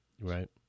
right